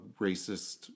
racist